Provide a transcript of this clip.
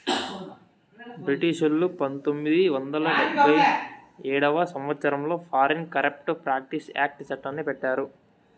బ్రిటిషోల్లు పంతొమ్మిది వందల డెబ్భై ఏడవ సంవచ్చరంలో ఫారిన్ కరేప్ట్ ప్రాక్టీస్ యాక్ట్ చట్టాన్ని పెట్టారు